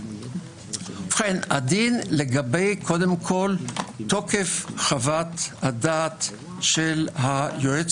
הדין לגבי קודם כל תוקף חוות הדעת של היועץ